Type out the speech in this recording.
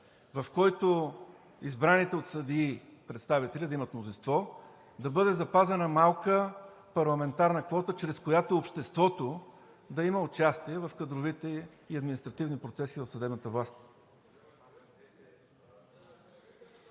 в който избраните от съдии представители да имат мнозинство, да бъде запазена малка парламентарна квота, чрез която обществото да има участие в кадровите и административните процеси в